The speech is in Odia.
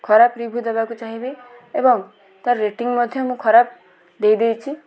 ଖରାପ ରିଭିୟୁ ଦେବାକୁ ଚାହିଁବି ଏବଂ ତା'ର ରେଟିଂ ମଧ୍ୟ ମୁଁ ଖରାପ ଦେଇ ଦେଇଛି